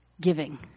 giving